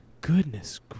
goodness